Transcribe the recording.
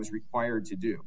was required to do